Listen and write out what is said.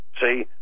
See